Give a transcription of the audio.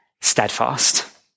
steadfast